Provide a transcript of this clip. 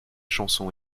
chanson